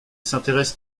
s’intéresse